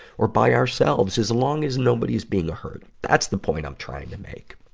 or by ourselves, as long as nobody's being hurt. that's the point i'm trying to make.